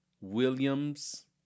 Williams